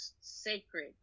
sacred